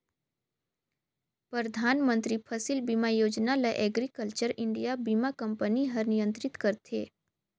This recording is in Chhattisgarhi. परधानमंतरी फसिल बीमा योजना ल एग्रीकल्चर इंडिया बीमा कंपनी हर नियंत्रित करथे